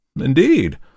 Indeed